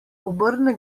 obrne